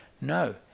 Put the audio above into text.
no